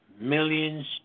millions